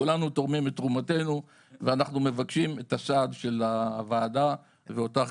כולנו תורמים את תרומתנו ואנחנו מבקשים את הסעד של הוועדה ואותך,